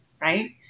right